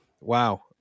wow